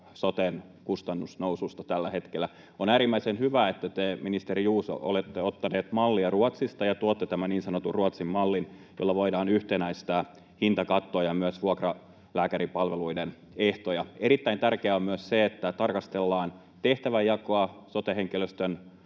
soten kustannusnoususta tällä hetkellä. On äärimmäisen hyvä, että te, ministeri Juuso, olette ottanut mallia Ruotsista ja tuotte tämän niin sanotun Ruotsin mallin, jolla voidaan yhtenäistää hintakattoa ja myös vuokralääkäripalveluiden ehtoja. Erittäin tärkeää on myös se, että tarkastellaan tehtäväjakoa sote-henkilöstön